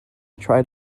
tried